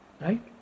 Right